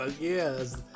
yes